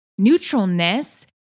neutralness